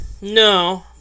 no